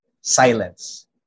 silence